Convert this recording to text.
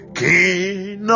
king